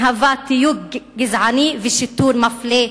הוא תיוג גזעני ושיטור מפלה,